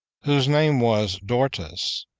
whose name was dortus,